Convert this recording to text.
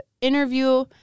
interview